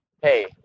hey